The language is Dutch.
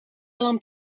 lamp